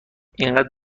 اینقدر